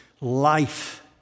life